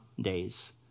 days